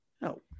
No